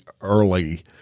early